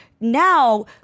Now